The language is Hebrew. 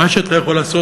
מה שאתה יכול לעשות,